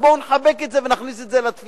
אז בואו נחבק את זה ונכניס את זה לתפיסה,